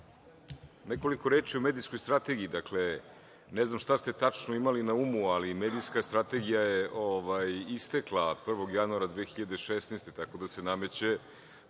Nekoliko reči o medijskoj strategiji. Ne znam šta ste tačno imali na umu, ali medijska strategija je istekla 1. januara 2016. godine, tako da se nameće